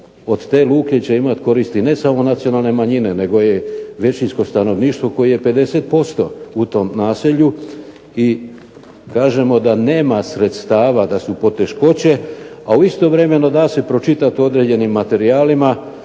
Od te luke će imati koristi ne samo nacionalne manjine nego i većinsko stanovništvo koje je 50% u tom naselju i kažemo da nema sredstava, da su poteškoće, a istovremeno da se pročitat u određenim materijalima